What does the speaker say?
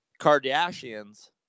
Kardashians